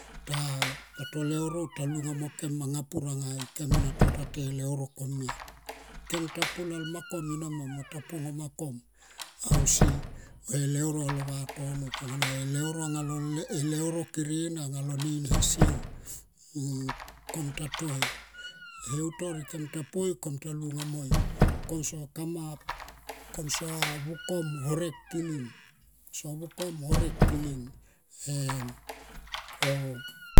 Tato leuro ta lunga mo kem manga pur anga ikem ena tota toi eleur komia. Kemta po lalma kom enama mo ta po ngoma kom ausi le leur anga le vatono oh ang le leuro kere na anga lo ne inasier, kom ta toi e heutor kem ta poi kom ta lunga moi. Komso kamap vukum horek kiling, ko so vukom horek kiling, ko so vukom horek kiling em oh.